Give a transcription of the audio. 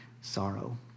sorrow